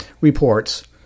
reports